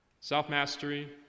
Self-mastery